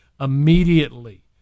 immediately